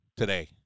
today